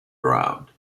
ground